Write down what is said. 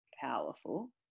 powerful